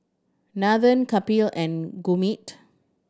Nathan Kapil and Gurmeet